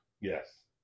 Yes